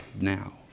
now